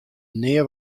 nea